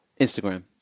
Instagram